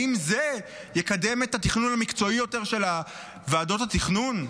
האם זה יקדם את התכנון המקצועי יותר של ועדות התכנון?